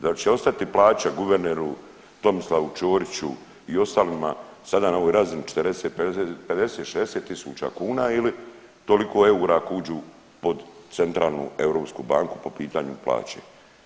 Da li će ostati plaća guverneru, Tomislavu Ćoriću i ostalima sada na ovoj razini 45, 50, 60 tisuća kuna ili toliko eura ako uđu pod Centralnu europsku banku po pitanju plaća?